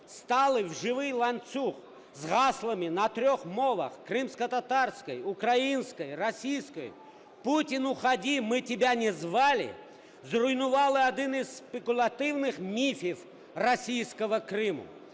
стали в живий ланцюг з гаслами на трьох мовах – кримськотатарській, українській, російський – "Путин уходи, мы тебя не звали" зруйнували один із спекулятивних міфів російського Криму.